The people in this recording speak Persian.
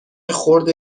خرد